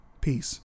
Peace